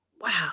Wow